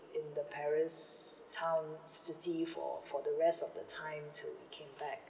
in the paris town for for the rest of the time to we came back